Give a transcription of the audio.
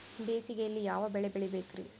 ಬೇಸಿಗೆಯಲ್ಲಿ ಯಾವ ಬೆಳೆ ಬೆಳಿಬೇಕ್ರಿ?